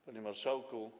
Panie Marszałku!